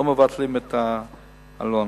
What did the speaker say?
לא מבטלים את העלון.